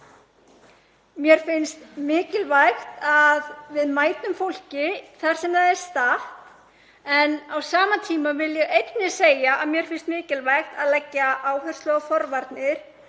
Mér finnst mikilvægt að við mætum fólki þar sem það er statt en á sama tíma vil ég einnig segja að mér finnst mikilvægt að leggja áherslu á forvarnir.